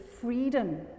freedom